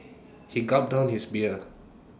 he gulped down his beer